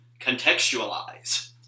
contextualize